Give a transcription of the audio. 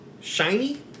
shiny